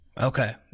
Okay